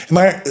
Maar